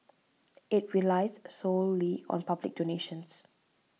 it relies solely on public donations